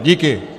Díky!